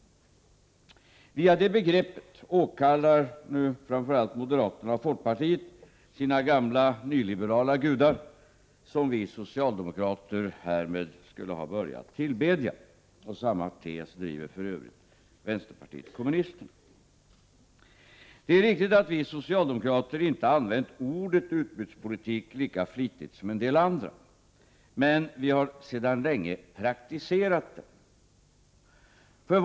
Via det begreppet åkallar framför allt moderaterna och folkpartiet sina gamla nyliberala gudar, som vi socialdemokrater härmed skulle ha börjat tillbedja. Samma tes driver för övrigt vänsterpartiet kommunisterna. Det är riktigt att vi socialdemokrater inte har använt ordet utbudspolitik lika flitigt som en del andra, men vi har sedan länge praktiserat den politiken.